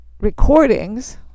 recordings